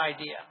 idea